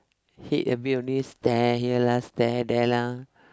hit a bit only stare here lah stare there lah